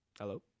Hello